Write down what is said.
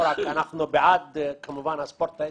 אנחנו כמובן בעד הספורט ההישגי,